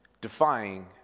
defying